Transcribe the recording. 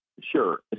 Sure